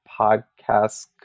podcast